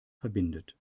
verbindet